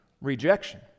rejection